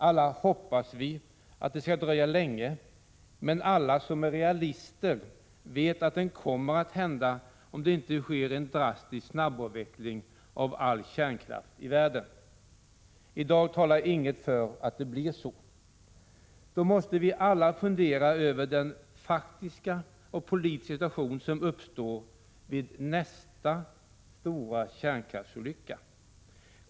Alla hoppas vi att det skall dröja länge, men alla som är realister vet att den kommer att hända om det inte sker en drastisk snabbavveckling av all kärnkraft i världen. I dag talar inget för att det blir så. Då måste vi alla fundera över den faktiska och politiska situation som uppstår vid denna nästa kärnkraftsolycka.